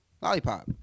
Lollipop